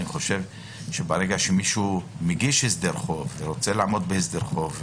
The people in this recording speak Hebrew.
אני חושב שברגע שמישהו מגיש הסדר חוב ורוצה לעמוד בהסדר חוב,